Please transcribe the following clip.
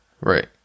Right